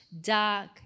dark